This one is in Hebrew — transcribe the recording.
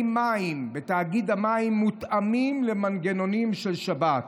מים בתאגיד המים יהיו מותאמים למנגנונים של שבת.